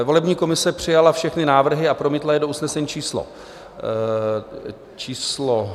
Volební komise přijala všechny návrhy a promítla je do usnesení číslo...